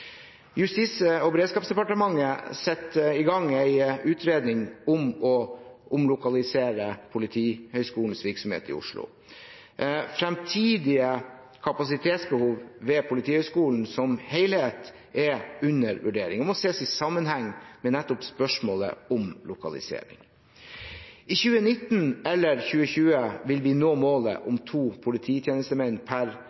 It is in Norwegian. Justis- og beredskapsdepartementet setter i gang en utredning om å omlokalisere Politihøgskolens virksomhet i Oslo. Fremtidig kapasitetsbehov ved Politihøgskolen som helhet er under vurdering og må ses i sammenheng med nettopp spørsmålet om lokalisering. I 2019 eller 2020 vil vi nå målet om to polititjenestemenn eller -kvinner per